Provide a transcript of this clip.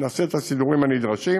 נעשה את הסידורים הנדרשים.